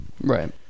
Right